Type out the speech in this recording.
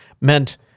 meant